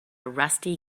rusty